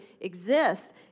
exist